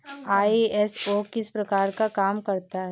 ISO किस प्रकार काम करता है